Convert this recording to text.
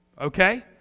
Okay